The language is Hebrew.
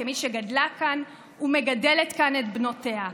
כמי שגדלה כאן ומגדלת כאן את בנותיה: